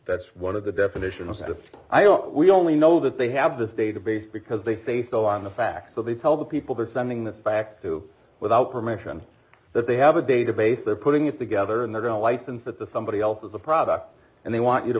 that's one of the definitions if i or we only know that they have this database because they say so on the facts so they tell the people who are sending this fax to without permission that they have a database they're putting it together in their own license that the somebody else is a product and they want you to